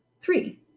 Three